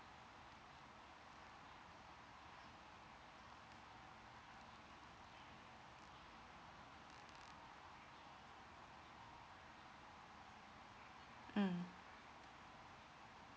mm